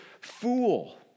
fool